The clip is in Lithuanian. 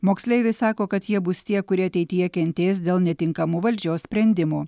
moksleiviai sako kad jie bus tie kurie ateityje kentės dėl netinkamų valdžios sprendimų